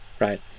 right